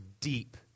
deep